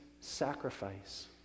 sacrifice